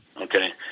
Okay